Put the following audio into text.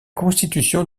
constitution